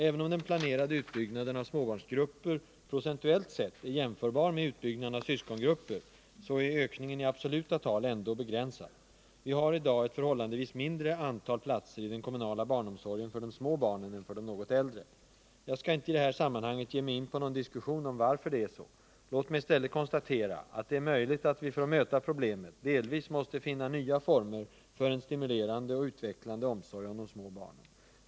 Även om den planerade utbyggnaden av småbarnsgrupper procentuellt sett är jämförbar med utbyggnaden av syskongrupper så är ökningen i absoluta tal ändå begränsad. Vi har i dag ett förhållandevis mindre antal platser i den kommunala barnomsorgen för de små barnen än för de något äldre. Jag skall inte i det här sammanhanget ge mig in på någon diskussion om varför det är så. Låt mig i stället konstatera att det är möjligt att vi för att möta problemet delvis måste finna nya former för en stimulerande och utvecklande omsorg om de små barnen.